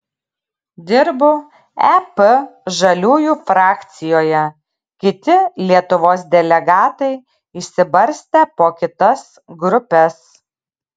dirbu ep žaliųjų frakcijoje kiti lietuvos delegatai išsibarstę po kitas grupes